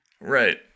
right